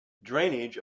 drainage